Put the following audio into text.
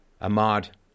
Ahmad